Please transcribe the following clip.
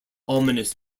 ominous